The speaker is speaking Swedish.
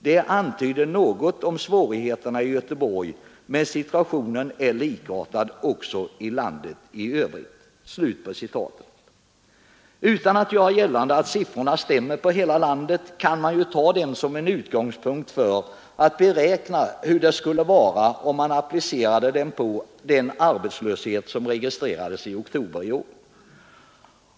Det antyder något om svårigheterna i Göteborg, men situationen är likartad också i landet i övrigt.” Utan att göra gällande att siffrorna stämmer för hela landet kan man ta dem som en utgångspunkt för att beräkna hur det skulle vara om man applicerade dem på den arbetslöshet som registrerades i oktober i år.